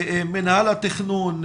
מנהל התכנון,